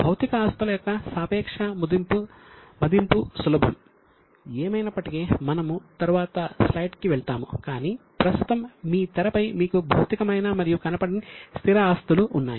భౌతిక ఆస్తుల యొక్క సాపేక్ష మదింపు సులభం ఏమైనప్పటికీ మనము తరువాత స్లైడ్ కి వెళ్తాము కానీ ప్రస్తుతం మీ తెరపై మీకు భౌతికమైన మరియు కనపడని స్థిర ఆస్తులు ఉన్నాయి